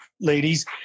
ladies